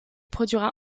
produira